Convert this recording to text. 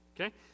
Okay